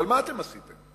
אבל מה אתם עשיתם?